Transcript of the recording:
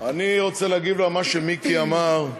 אני רוצה להגיב על מה שמיקי אמר,